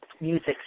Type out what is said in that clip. Music